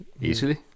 easily